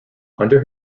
under